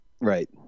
Right